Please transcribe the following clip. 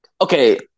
okay